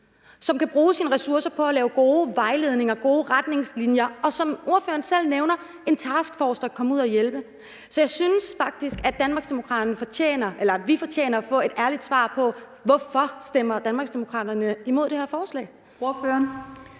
som kan bruge deres ressourcer på at lave gode vejledninger og gode retningslinjer. Og som ordføreren selv nævner kan en taskforce komme ud og hjælpe. Så jeg synes faktisk, at vi fortjener at få et ærligt svar på, hvorfor Danmarksdemokraterne stemmer imod det her forslag. Kl.